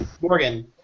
Morgan